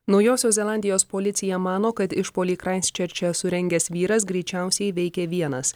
naujosios zelandijos policija mano kad išpuolį kraisčerče surengęs vyras greičiausiai veikė vienas